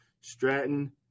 Stratton